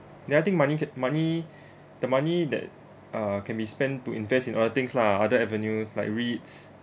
ya I think money ca~ money the money that uh can be spent to invest in other things lah other avenues like REITs